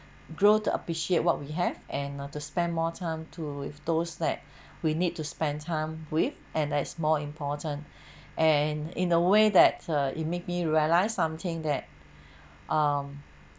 grow to appreciate what we have and uh to spend more time to with those that we need to spend time with and that's more important and in a way that uh it make me realize something that um